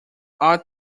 ought